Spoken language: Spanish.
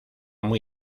muy